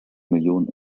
millionen